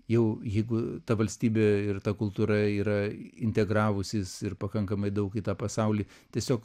jau jeigu ta valstybė ir ta kultūra yra integravusis ir pakankamai daug į tą pasaulį tiesiog